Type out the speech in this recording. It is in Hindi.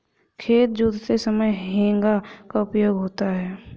खेत जोतते समय हेंगा का उपयोग होता है